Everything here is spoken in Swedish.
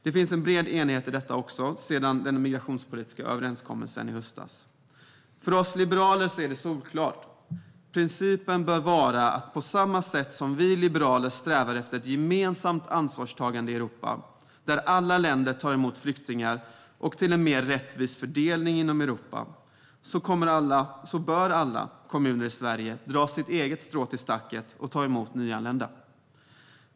Det finns sedan den migrationspolitiska överenskommelsen i höstas en bred enighet om denna fråga. För oss liberaler är det solklart att principen bör vara att på samma sätt som vi liberaler strävar efter ett gemensamt ansvarstagande i Europa, där alla länder tar emot flyktingar och där fördelningen inom Europa är mer rättvis, bör alla kommuner i Sverige dra sitt strå till stacken och ta emot nyanlända.